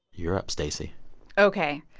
you're up, stacey ok.